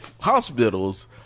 hospitals